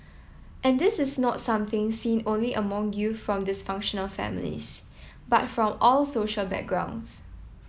and this is not something seen only among youth from dysfunctional families but from all social backgrounds